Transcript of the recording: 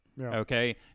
Okay